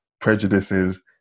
prejudices